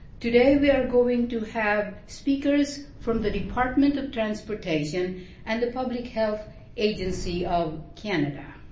today we are going to have speakers from the department of transportation and the public health agency of canada.